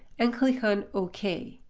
and click on ok.